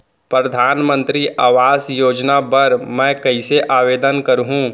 परधानमंतरी आवास योजना बर मैं कइसे आवेदन करहूँ?